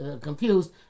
confused